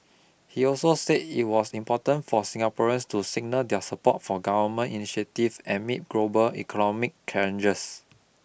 he also said it was important for Singaporeans to signal their support for government initiatives amid global economic challenges